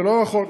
לא נכון,